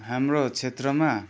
हाम्रो क्षेत्रमा